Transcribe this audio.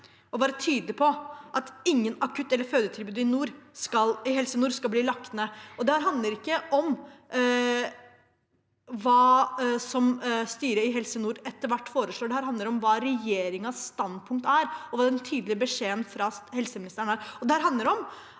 og være tydelig på at ingen akutt- eller fødetilbud i Helse nord skal bli lagt ned. Det handler ikke om hva styret i Helse nord etter hvert foreslår. Det handler om hva regjeringens standpunkt er, og hva den tydelige beskjeden fra helseministeren er.